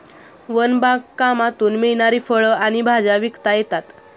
one बागकामातून मिळणारी फळं आणि भाज्या विकता येतात